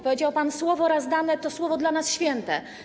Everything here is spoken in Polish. Powiedział pan: słowo raz dane, to słowo dla nas święte.